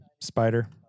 spider